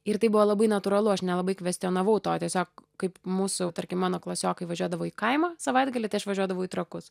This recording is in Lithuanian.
ir tai buvo labai natūralu aš nelabai kvestionavau to tiesiog kaip mūsų tarkim mano klasiokai važiuodavo į kaimą savaitgalį tai aš važiuodavau į trakus